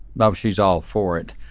now she's all for it.